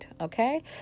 okay